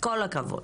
כל הכבוד.